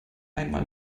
einmal